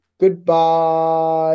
goodbye